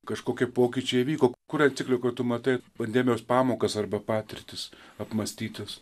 kažkokie pokyčiai vyko kur enciklikoj tu matai pandemijos pamokas arba patirtis apmąstytas